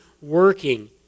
working